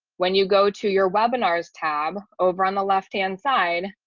when you go to your webinars tab over on the left hand side,